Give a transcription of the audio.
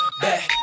Back